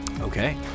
Okay